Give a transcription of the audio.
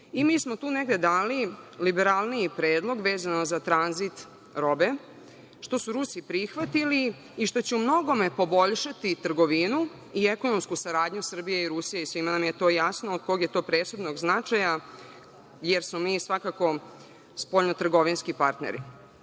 mi smo tu negde dali liberalniji predlog vezano za tranzit robe, što su Rusi prihvatili i što će u mnogome poboljšati trgovinu i ekonomsku saradnju Srbije i Rusije. Svima nam je to jasno, od kog je to presudnog značaja, jer smo mi svakako spoljnotrgovinski partneri.U